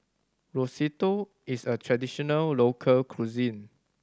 Risotto is a traditional local cuisine